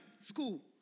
School